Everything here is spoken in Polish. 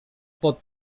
pod